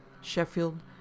Sheffield